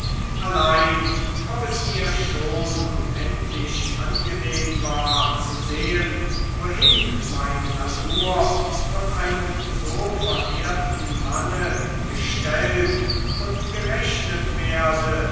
allein ob es mir schon unendlich angenehm war zu sehen wohin meine natur von einem so verehrten manne gestellt und gerechnet werde